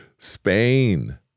Spain